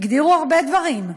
הגדירו הרבה דברים,